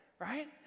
Right